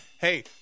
Hey